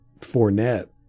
Fournette